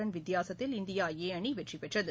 run வித்தியாசத்தில் India A அணி வெற்றி பெற்றது